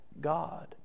God